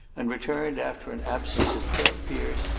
and returned, after an absence of twelve years,